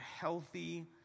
healthy